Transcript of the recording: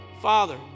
Father